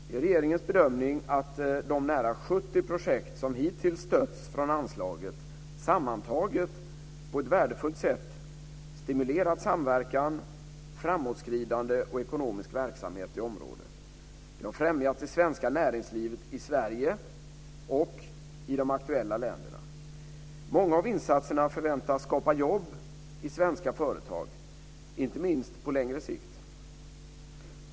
Det är regeringens bedömning att de nära 70 projekt som hittills stötts från anslaget sammantaget på ett värdefullt sätt stimulerat samverkan, framåtskridande och ekonomisk verksamhet i området. De har främjat det svenska näringslivet i Sverige och i de aktuella länderna. Många av insatserna förväntas skapa jobb i svenska företag, inte minst på längre sikt.